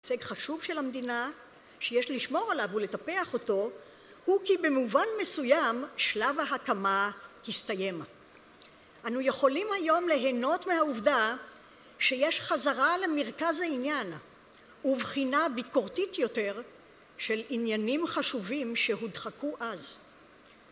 השג חשוב של המדינה, שיש לשמור עליו ולטפח אותו, הוא כי במובן מסוים, שלב ההקמה הסתיים. אנו יכולים היום להנות מהעובדה, שיש חזרה למרכז העניין, ובחינה ביקורתית יותר של עניינים חשובים שהודחקו אז.